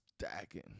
stacking